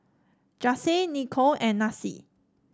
Jase Niko and Nasir